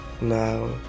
Now